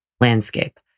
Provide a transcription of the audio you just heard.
landscape